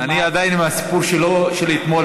אני עדיין עם הסיפור שלו מאתמול,